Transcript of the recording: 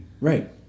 right